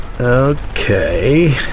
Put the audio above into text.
Okay